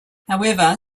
however